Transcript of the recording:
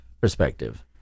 perspective